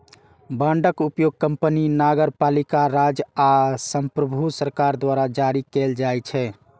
बांडक उपयोग कंपनी, नगरपालिका, राज्य आ संप्रभु सरकार द्वारा जारी कैल जाइ छै